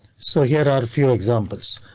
so here are a few examples.